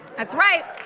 that's right.